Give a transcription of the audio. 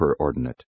superordinate